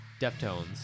Deftones